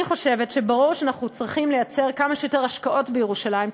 אני חושבת שברור שאנחנו צריכים לייצר כמה שיותר השקעות בירושלים,